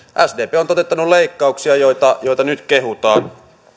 sdp on toteuttanut leikkauksia joita joita nyt kehutaan